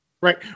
Right